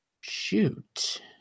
shoot